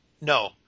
No